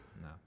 No